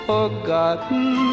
forgotten